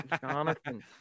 Jonathan